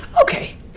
Okay